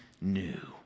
new